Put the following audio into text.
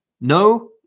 No